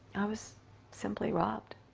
i was simply robbed.